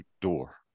door